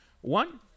one